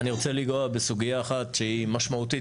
אני רוצה לנגוע בסוגיה אחת שהיא משמעותית